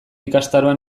ikastaroa